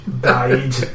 died